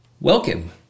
Welcome